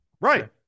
Right